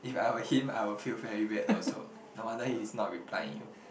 if I were him I will feel very weird also no wonder he's not replying you